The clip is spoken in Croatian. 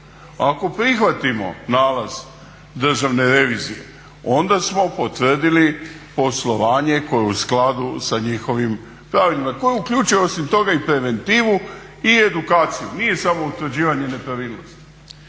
Ako prihvatimo nalaz Državne revizije onda smo potvrdili poslovanje koje je u skladu sa njihovim pravilima koji uključuje osim toga i preventivu i edukaciju. Nije samo utvrđivanje nepravilnosti.